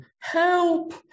help